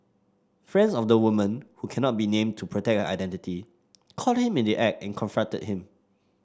friends of the woman who cannot be named to protect identity caught him in the act and confronted him